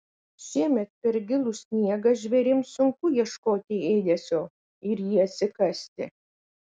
šiemet per gilų sniegą žvėrims sunku ieškoti ėdesio ir jį atsikasti